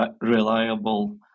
reliable